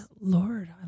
Lord